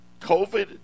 COVID